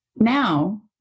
Now